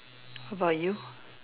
how about you